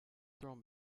thrown